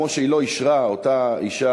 כמו שהיא